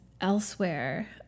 elsewhere